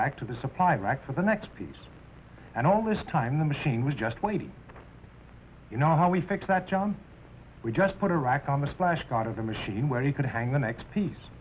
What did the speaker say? back to the supply rack for the next piece and all this time the machine was just waiting you know how we fixed that john we just put a rack on the slashdot of the machine where you could hang the next piece